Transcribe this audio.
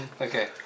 Okay